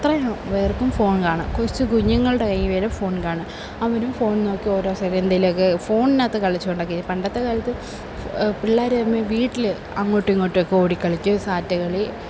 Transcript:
അത്രയും പേർക്കും ഫോൺ കാണും കൊച്ചു കുഞ്ഞുങ്ങളുടെ കയ്യിൽ വരെ ഫോൺ കാണും അവരും ഫോൺ നോക്കി ഓരോ സൈഡിൽ എന്തെങ്കിലുമൊക്കെ ഫോണിനകത്ത് കളിച്ചുകൊണ്ടൊക്കെ പണ്ടത്തെക്കാലത്ത് പിള്ളേരുതമ്മിൽ വീട്ടിൽ അങ്ങോട്ടുമിങ്ങോട്ടുമൊക്കെ ഓടിക്കളിക്കുകയും സാറ്റ് കളി